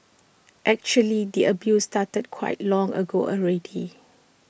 actually the abuse started quite long ago already